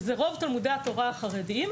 שהם רוב תלמודי התורה החרדיים,